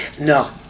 No